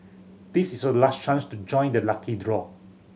this is your last chance to join the lucky draw